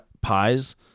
Pies